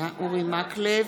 מקלב,